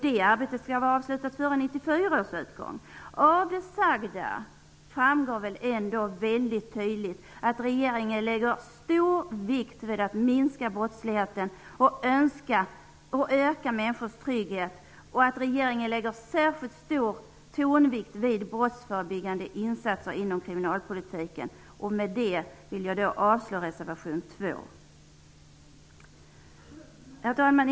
Det arbetet skall vara avslutat före Av det sagda framgår väl ändå väldigt tydligt att regeringen lägger stor vikt vid att minska brottsligheten och öka människors trygghet och att regeringen lägger särskilt stor tonvikt vid brottsförebyggande insatser inom kriminalpolitiken. Med detta vill jag yrka avslag på reservation 2. Herr talman!